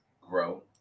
grow